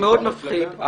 מאוד מפחיד.